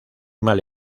mal